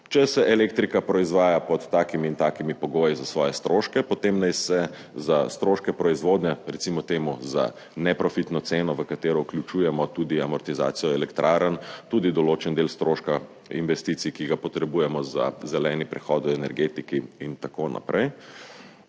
Če se elektrika proizvaja pod takimi in takimi pogoji za svoje stroške, potem naj se za stroške proizvodnje, recimo temu za neprofitno ceno, v katero vključujemo tudi amortizacijo elektrarn, tudi določen del stroška investicij, ki ga potrebujemo za zeleni prehod v energetiki in tako naprej,